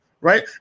Right